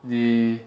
你